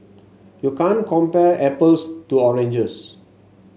you can't compare apples to oranges